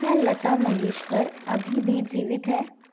क्या लता मंगेश्कर अभी भी जीवित है